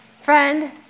Friend